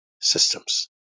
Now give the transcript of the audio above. systems